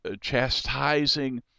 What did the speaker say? chastising